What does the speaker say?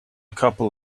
couple